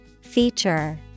Feature